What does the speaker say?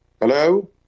Hello